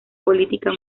política